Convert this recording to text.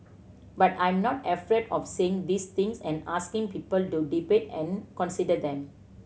but I'm not afraid of saying these things and asking people to debate and consider them